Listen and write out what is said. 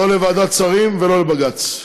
לא לוועדת שרים ולא לבג"ץ,